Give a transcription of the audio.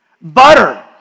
Butter